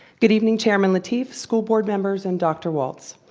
good evening chairman lateef, school board members, and dr. walts.